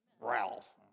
Ralph